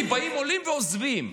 כי באים עולים ועוזבים.